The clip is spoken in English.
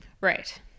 Right